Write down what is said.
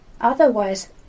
Otherwise